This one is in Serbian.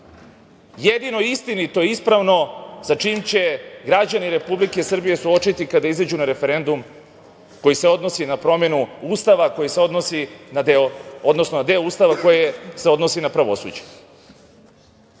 jedino istinito i ispravno sa čim će se građani Republike Srbije suočiti kada izađu na referendum koji se odnosi na promenu Ustava, koji se odnosi, odnosno na deo Ustava koji se odnosi na pravosuđe. Ono